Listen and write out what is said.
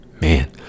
man